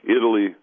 Italy